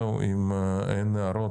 אם אין הערות